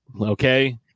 Okay